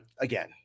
Again